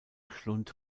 schlund